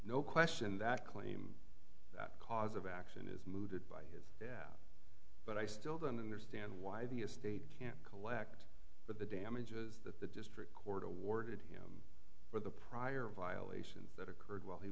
no question that claim that cause of action is mooted by his death but i still don't understand why the estate can't collect for the damages that the district court awarded him for the prior violations that occurred while he